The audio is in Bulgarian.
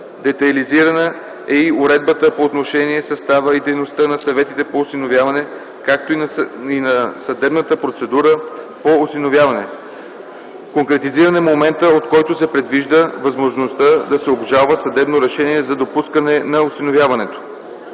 детайлизирана е и уредбата по отношение състава и дейността на съветите по осиновяване, както и на съдебната процедура по осиновяване. Конкретизиран е моментът, от който се предвижда възможността да се обжалва съдебното решение за допускане на осиновяването;